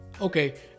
Okay